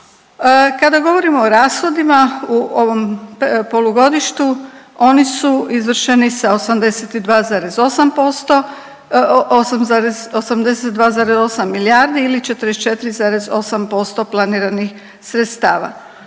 Kada govorimo o rashodima u ovom polugodištu oni su izvršeni sa 82,8%, 8,82,8 milijardi ili 44,8% planiranih sredstava.